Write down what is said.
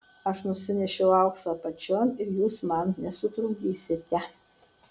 aš nusinešiau auksą apačion ir jūs man nesutrukdysite